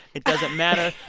it doesn't matter.